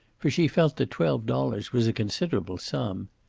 for she felt that twelve dollars was a considerable sum.